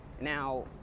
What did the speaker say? Now